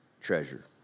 Treasure